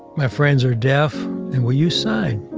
my friends are deaf and we use sign.